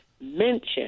mention